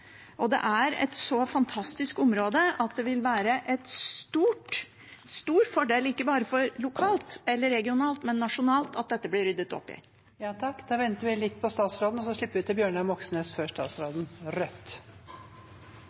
og det er et så fantastisk område, at det vil være en stor fordel ikke bare lokalt eller regionalt, men også nasjonalt at dette blir ryddet opp